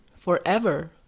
forever